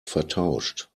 vertauscht